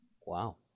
Wow